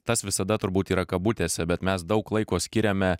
tas visada turbūt yra kabutėse bet mes daug laiko skiriame